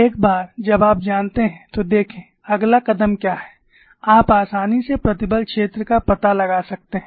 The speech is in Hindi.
एक बार जब आप जानते हैं तो देखें अगला कदम क्या है आप आसानी से प्रतिबल क्षेत्र का पता लगा सकते हैं